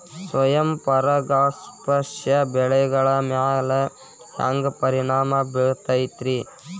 ಸ್ವಯಂ ಪರಾಗಸ್ಪರ್ಶ ಬೆಳೆಗಳ ಮ್ಯಾಲ ಹ್ಯಾಂಗ ಪರಿಣಾಮ ಬಿರ್ತೈತ್ರಿ?